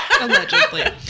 allegedly